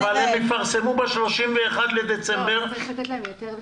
הם יפרסמו ב-31 בדצמבר 2021. צריך לתת להם יותר זמן.